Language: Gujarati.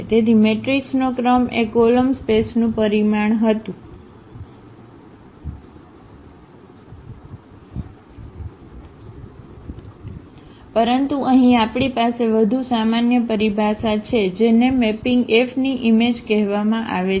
તેથી મેટ્રિક્સનો ક્રમ એ કોલમ સ્પેસનું પરિમાણ હતું પરંતુ અહીં આપણી પાસે વધુ સામાન્ય પરિભાષા છે જેને મેપિંગ F ની ઈમેજ કહેવામાં આવે છે